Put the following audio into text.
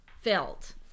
filled